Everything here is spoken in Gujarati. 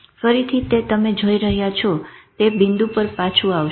ફરીથી તે તમે જોઈ રહ્યા છો તે બિંદુ પર પાછું આવશે